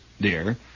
dear